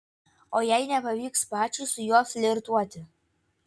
o jei nepavyks pačiai su juo flirtuoti